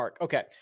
Okay